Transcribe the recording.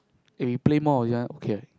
if he play more ya okay